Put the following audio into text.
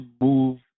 move